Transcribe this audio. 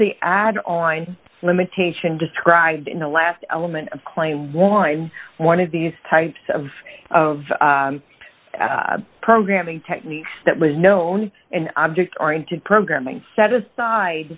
the add on limitation described in the last element of clay wind one of these types of of programming techniques that was known in object oriented programming set aside